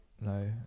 No